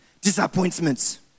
disappointments